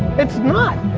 it's not.